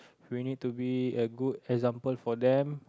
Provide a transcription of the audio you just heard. if you need to be a good example for them